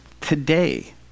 today